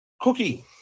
Cookie